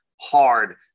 hard